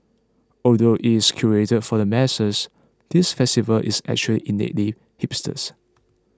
although it is curated for the masses this festival is actually innately hipsters